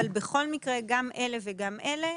אבל בכל מקרה גם אלה וגם אלה,